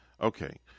okay